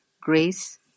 grace